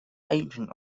ancient